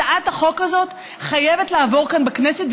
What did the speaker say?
הצעת החוק הזאת חייבת לעבור כאן בכנסת,